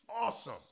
awesome